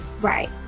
right